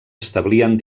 establien